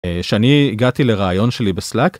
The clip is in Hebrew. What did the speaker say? שאני הגעתי לראיון שלי בסלאק.